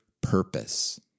purpose